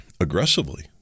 Aggressively